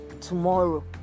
tomorrow